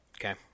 Okay